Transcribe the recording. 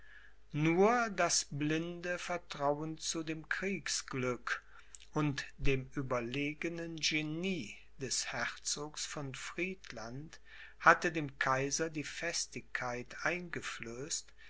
nur das blinde vertrauen zu dem kriegsglück und dem überlegenen genie des herzogs von friedland hatte dem kaiser die festigkeit eingeflößt